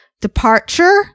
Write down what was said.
Departure